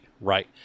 right